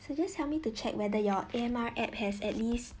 so just help me to check whether your A_M_R app has at least